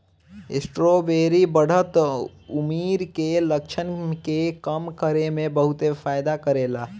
strawberry बढ़त उमिर के लक्षण के कम करे में बहुते फायदा करेला